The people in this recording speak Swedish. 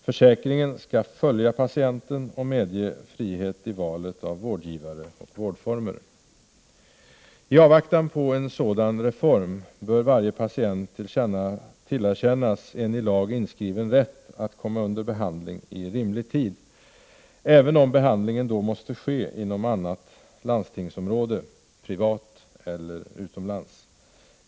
Försäkringen skall följa patienten och medge frihet i valet av vårdgivare och vårdformer. I avvaktan på en sådan reform bör varje patient tillerkännas en i lag inskriven rätt att komma under behandling i rimlig tid, även om behandlingen då måste ske inom annat landstingsområde, privat eller utomlands.